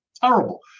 terrible